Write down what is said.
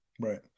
right